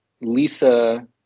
Lisa